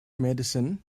medicine